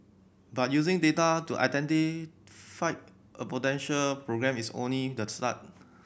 but using data to identify a potential program is only the start